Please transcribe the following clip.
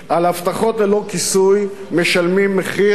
על הבטחות ללא כיסוי משלמים מחיר,